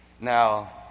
Now